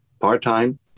part-time